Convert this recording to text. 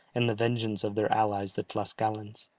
and the vengeance of their allies the tlascalans.